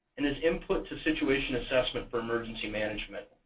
and as input to situation assessment for emergency management.